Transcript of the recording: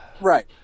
Right